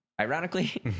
ironically